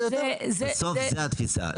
בסוף זו התפיסה.